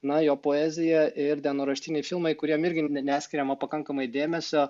na jo poezija ir dienoraštiniai filmai kuriem irgi ne neskiriama pakankamai dėmesio